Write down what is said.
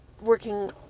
working